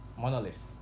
Monoliths